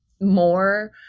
more